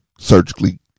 Surgically